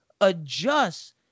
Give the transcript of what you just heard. adjust